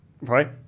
right